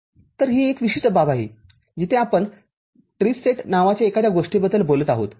तर ही एक विशिष्ट बाब आहे जिथे आपण ट्रिस्टेट नावाच्या एखाद्या गोष्टीबद्दल बोलत आहात